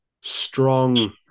strong